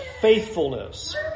faithfulness